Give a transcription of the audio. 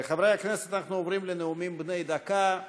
חברי הכנסת, אנחנו עוברים לנאומים בני דקה.